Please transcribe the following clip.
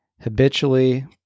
habitually